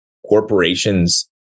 Corporations